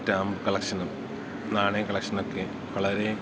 stamp കളക്ഷനും നാണയ കളക്ഷനും ഒക്കെ വളരേ